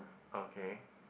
okay